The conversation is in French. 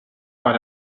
par